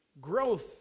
Growth